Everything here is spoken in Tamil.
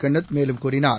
கென்னத் மேலும் கூறினார்